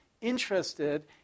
interested